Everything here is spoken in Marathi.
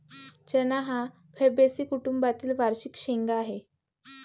चणा हा फैबेसी कुटुंबातील वार्षिक शेंगा आहे